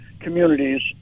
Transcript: communities